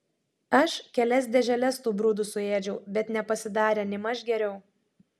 aš kelias dėželes tų brudų suėdžiau bet nepasidarė nėmaž geriau